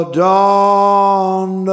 dawn